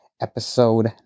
episode